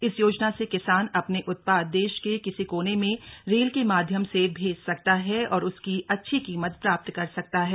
इस योजना से किसान अपने उत्पाद देश के किसी कोने में रेल के माध्यम से भेज सकता है और उसकी अच्छी कीमत प्राप्त कर सकता है